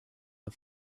his